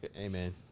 Amen